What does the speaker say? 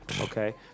Okay